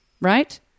right